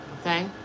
okay